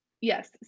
yes